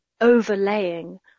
overlaying